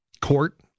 court